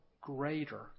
greater